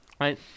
right